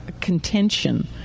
contention